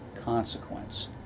consequence